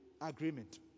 agreement